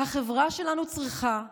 החברה שלנו צריכה ללכת.